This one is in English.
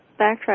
backtrack